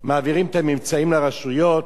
מעבירים את הממצאים לרשויות,